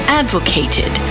advocated